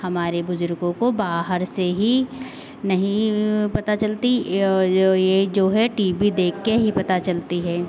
हमारे बुजुर्गों को बाहर से ही नहीं पता चलती या या ये जो है टी बी देख के ही पता चलती है